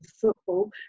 football